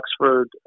Oxford